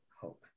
hope